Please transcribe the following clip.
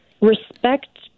respect